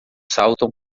saltam